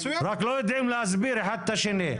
רק לא יודעים להסביר אחד את השני.